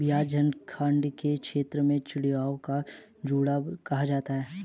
बिहार झारखंड के क्षेत्र में चिड़वा को चूड़ा कहा जाता है